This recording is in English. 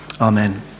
amen